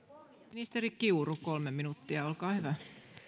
ministeri kiuru kolme minuuttia olkaa hyvä